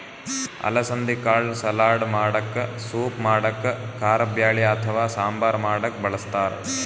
ಅಲಸಂದಿ ಕಾಳ್ ಸಲಾಡ್ ಮಾಡಕ್ಕ ಸೂಪ್ ಮಾಡಕ್ಕ್ ಕಾರಬ್ಯಾಳಿ ಅಥವಾ ಸಾಂಬಾರ್ ಮಾಡಕ್ಕ್ ಬಳಸ್ತಾರ್